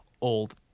old